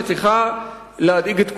שצריכה להדאיג את כולנו.